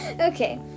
Okay